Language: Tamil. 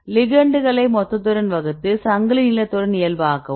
லிகெண்ட்களை மொத்ததுடன் வகுத்து சங்கிலி நீளத்துடன் இயல்பாக்கவும்